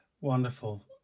wonderful